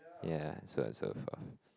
yeah so and so forth